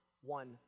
one